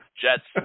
Jets